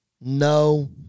no